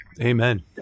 Amen